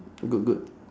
good good